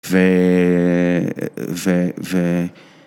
וווווו אה וו וו